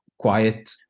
quiet